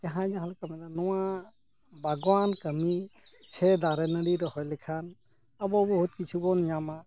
ᱡᱟᱦᱟᱸᱭ ᱡᱟᱦᱟᱸ ᱞᱮᱠᱟ ᱢᱮᱱ ᱮᱫᱟ ᱱᱚᱣᱟ ᱵᱟᱜᱣᱟᱱ ᱠᱟᱹᱢᱤ ᱥᱮ ᱫᱟᱨᱮ ᱱᱟᱲᱤ ᱨᱚᱦᱚᱭ ᱞᱮᱠᱷᱟᱱ ᱟᱵᱚ ᱵᱚᱦᱩᱛ ᱠᱤᱪᱷᱩᱵᱚᱱ ᱧᱟᱢᱟ